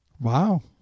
Wow